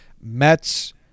Mets